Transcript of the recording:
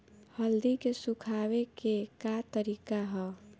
हल्दी के सुखावे के का तरीका ह?